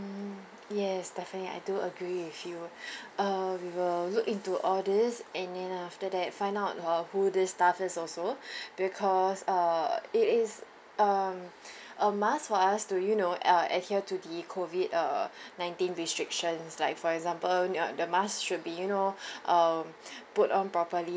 mm yes definitely I do agree with you uh we will look into all these and then after that find out uh who this staff is also because err it is um a must for us to you know uh adhere to the COVID err nineteen restrictions like for example uh the mask should be you know um put on properly